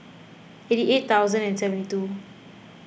eighty eight thousand and seventy two